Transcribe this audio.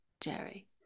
Jerry